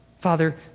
Father